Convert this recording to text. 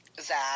Zach